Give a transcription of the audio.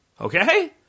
Okay